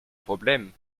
problème